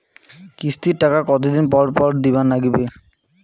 কিস্তির টাকা কতোদিন পর পর দিবার নাগিবে?